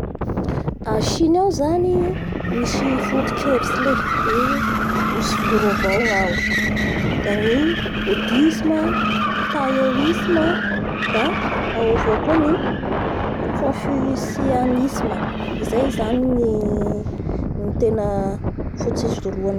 Tia mifampizara amin'ny fianakavia sy nama, tiandreo avao koàa ny manamy olo sy mifampitafatafa amin'ny olo.